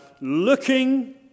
looking